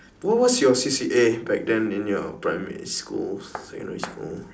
what what's your C_C_A back then in your primary school secondary school